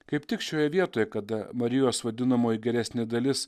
kaip tik šioje vietoje kada marijos vadinamoji geresnė dalis